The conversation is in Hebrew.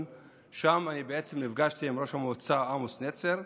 ושם בעצם נפגשתי עם ראש המועצה עמוס נצר.